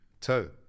two